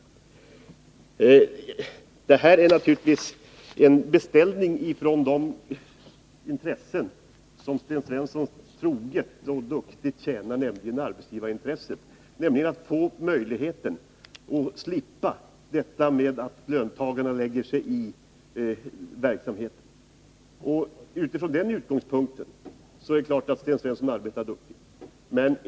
Det här förslaget är naturligtvis en beställning från de intressenter som Sten Svensson så troget tjänar, arbetsgivarna, som vill få en möjlighet att slippa ifrån att löntagarna lägger sig i verksamheten. Utifrån den utgångspunkten är det klart att Sten Svensson arbetar duktigt.